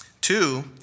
Two